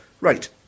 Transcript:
right